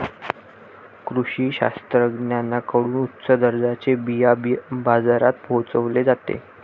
कृषी शास्त्रज्ञांकडून उच्च दर्जाचे बिया बाजारात पोहोचवले जाते